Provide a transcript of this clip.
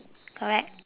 correct